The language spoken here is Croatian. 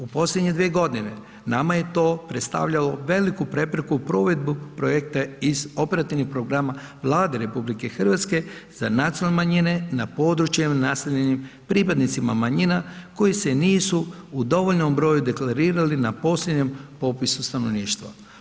U posljednje 2.g. nama je to predstavljao veliku prepreku u provedbu projekte iz operativnih programa Vlade RH za nacionalne manjine na područjima naseljenim pripadnicima manjina koji se nisu u dovoljnom broju deklerirali na posljednjem popisu stanovništva.